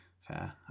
Fair